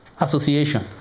Association